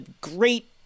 great